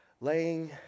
laying